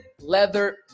leather